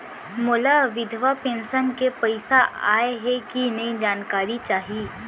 मोला विधवा पेंशन के पइसा आय हे कि नई जानकारी चाही?